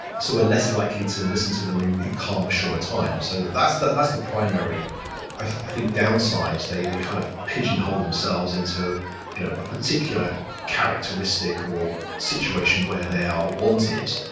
so we're less likely to listen to them in calmer, surer time so that's the that's the primary i think downside. they they kind of pigeonhole themselves into you know a particular characteristic or situation where they are wanted.